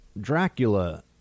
Dracula